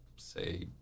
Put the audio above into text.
Say